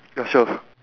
yourself